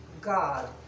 god